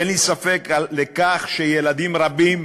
ואין לי ספק בכך שילדים רבים,